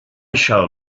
shall